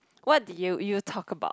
what did you you talk about